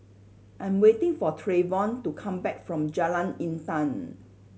I'm waiting for Trayvon to come back from Jalan Intan